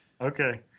okay